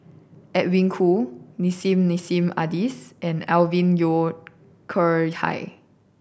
Edwin Koo Nissim Nassim Adis and Alvin Yeo Khirn Hai